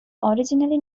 originally